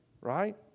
right